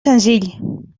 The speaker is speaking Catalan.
senzill